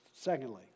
Secondly